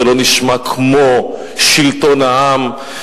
זה לא נשמע כמו שלטון העם.